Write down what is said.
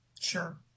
Sure